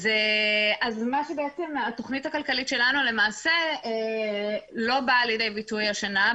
אז התוכנית הכלכלית שלנו למעשה לא באה לידי ביטוי השנה,